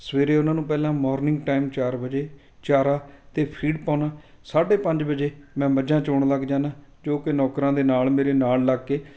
ਸਵੇਰੇ ਉਹਨਾਂ ਨੂੰ ਪਹਿਲਾਂ ਮੋਰਨਿੰਗ ਟਾਈਮ ਚਾਰ ਵਜੇ ਚਾਰਾ ਅਤੇ ਫੀਡ ਪਾਉਂਦਾ ਸਾਢੇ ਪੰਜ ਵਜੇ ਮੈਂ ਮੱਝਾਂ ਚੋਣ ਲੱਗ ਜਾਂਦਾ ਜੋ ਕਿ ਨੌਕਰਾਂ ਦੇ ਨਾਲ ਮੇਰੇ ਨਾਲ ਲੱਗ ਕੇ